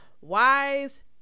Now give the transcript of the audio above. wise